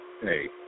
Hey